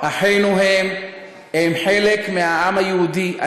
הם חלק מהעם היהודי.